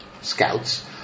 scouts